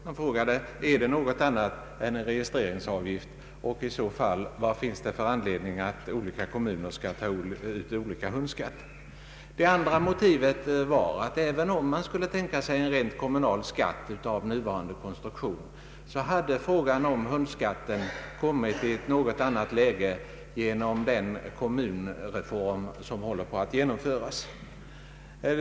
Man frågade sig om den var något annat än en registreringsavgift och i så fall av vilken anledning olika kommuner tar ut olika hög hundskatt. Det andra skälet var, att även om man skulle kunna tänka sig en kommunal skatt av nuvarande konstruktion, så hade frågan om hundskatten kommit i ett förändrat läge genom den kommunreform som håller på att genomföras.